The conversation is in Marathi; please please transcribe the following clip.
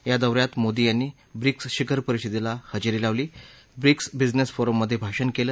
या दौ यात मोदी यांनी ब्रिक्स शिखर परिषदेला हजेरी लावली ब्रिक्स विझनेस फोरममधे भाषण केलं